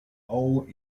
old